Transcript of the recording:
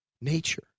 nature